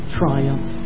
triumph